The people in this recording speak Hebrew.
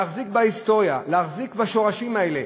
להחזיק בהיסטוריה, להחזיק בשורשים האלה.